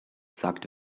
sagt